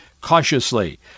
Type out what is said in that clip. cautiously